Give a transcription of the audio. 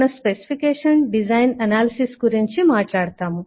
మనము specification design analysis గురించి మాట్లాడతాము